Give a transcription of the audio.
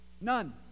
None